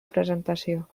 presentació